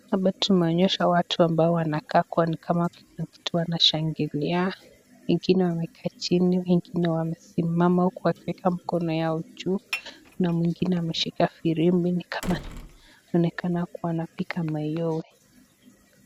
Hapa tumeonyeshwa watu ambao wanakaa kuwa ni kama wanashangilia ,wengine wamekaa chini, wengine wamesimama huku wakiweka mkono yao juu na mwengine ameshika firimbi ni kama anaonekana kuwa anapiga mayowe.